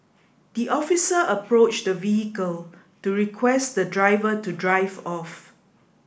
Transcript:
the officer approached the vehicle to request the driver to drive off